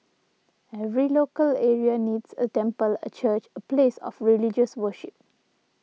every local area needs a temple a church a place of religious worship